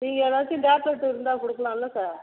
நீங்கள் எதாச்சும் டேப்லெட் இருந்தால் கொடுக்கலால்ல சார்